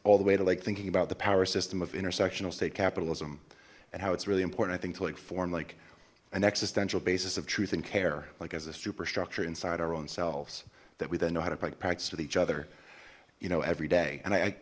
all the way to like thinking about the power system of intersectional state capitalism and how it's really important i think to like form like an existential basis of truth and care like as a superstructure inside our own selves that we then know how to pike practice with each other you know every day and i